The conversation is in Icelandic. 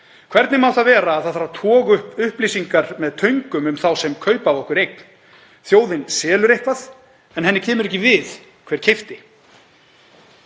Hvernig má það vera að það þarf að toga upp upplýsingar með töngum um þá sem kaupa af okkur eign? Þjóðin selur eitthvað en henni kemur ekki við hver keypti.